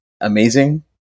amazing